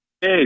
Hey